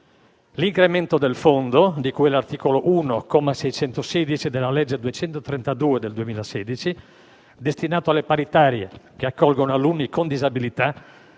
l'incremento del fondo, di cui all'articolo 1, comma 616, della legge n. 232 del 2016, destinato alle paritarie che accolgono alunni con disabilità,